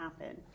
happen